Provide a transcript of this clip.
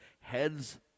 heads